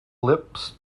lips